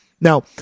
Now